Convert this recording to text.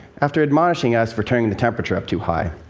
after admonishing us for turning the temperature up too high,